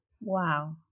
Wow